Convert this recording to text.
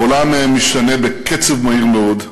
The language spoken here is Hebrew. העולם משתנה בקצב מהיר מאוד,